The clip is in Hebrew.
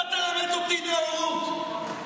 אתה תלמד אותי נאורות.